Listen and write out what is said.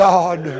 God